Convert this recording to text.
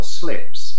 slips